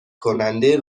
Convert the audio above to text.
کننده